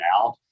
out